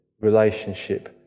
relationship